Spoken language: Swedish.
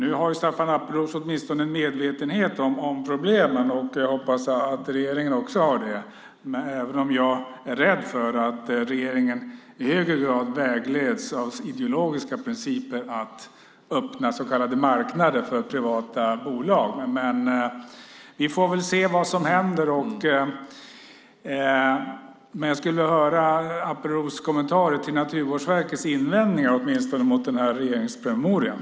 Staffan Appelros är åtminstone medveten om problemen. Jag hoppas att regeringen också är det, även om jag är rädd för att regeringen i högre grad vägleds av ideologiska principer att öppna så kallade marknader för privata bolag. Vi får väl se vad som händer. Men jag skulle vilja höra Appelros kommentarer till Naturvårdsverkets invändningar mot regeringspromemorian.